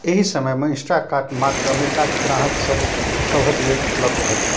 एहि समयमे इन्स्टाकार्ट मात्र अमेरिकाके ग्राहकसबके सबके लेल उपलब्ध अछि